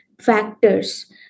factors